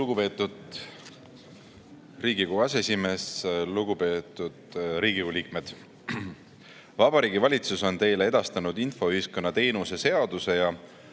Lugupeetud Riigikogu aseesimees! Lugupeetud Riigikogu liikmed! Vabariigi Valitsus on teile edastanud infoühiskonna teenuse seaduse ja